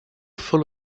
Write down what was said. full